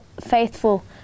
faithful